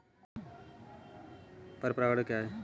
पर परागण क्या है?